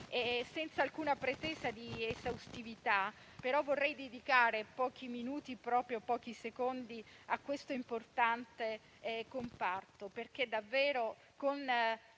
Senza alcuna pretesa di esaustività, vorrei dedicare pochi minuti a questo importante comparto,